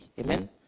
Amen